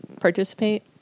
participate